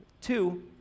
Two